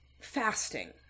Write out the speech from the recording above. fasting